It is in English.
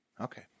Okay